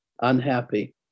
unhappy